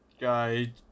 guy